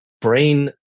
brain